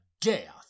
death